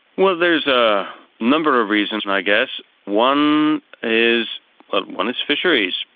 well, there's a number of reasons and i guess. one is ah one is fisheries,